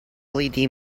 led